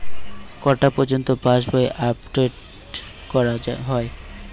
কটা পযর্ন্ত পাশবই আপ ডেট করা হয়?